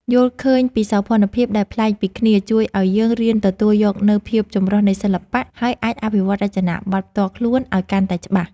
យល់ឃើញពីសោភ័ណភាពដែលប្លែកពីគ្នាជួយឱ្យយើងរៀនទទួលយកនូវភាពចម្រុះនៃសិល្បៈ ហើយ អាចអភិវឌ្ឍរចនាបថផ្ទាល់ខ្លួនឱ្យកាន់តែច្បាស់។